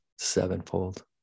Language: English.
sevenfold